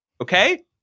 okay